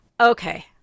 okay